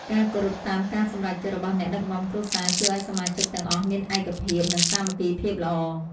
ការគោរពតាមការសម្រេចចិត្តរបស់អ្នកដឹកនាំគ្រួសារជួយឱ្យសមាជិកទាំងអស់មានឯកភាព និងសាមគ្គីភាពល្អ។